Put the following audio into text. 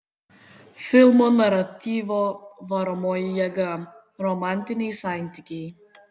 filmo naratyvo varomoji jėga romantiniai santykiai